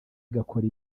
igakora